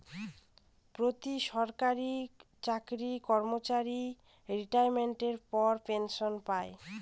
প্রতি সরকারি চাকরি কর্মচারী রিটাইরমেন্টের পর পেনসন পায়